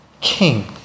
king